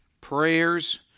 prayers